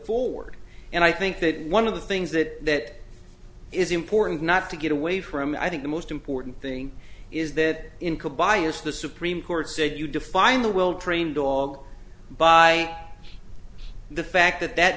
forward and i think that one of the things that is important not to get away from i think the most important thing is that in ca bias the supreme court said you define the well trained dog by the fact that that